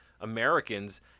Americans